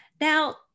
Now